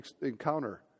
encounter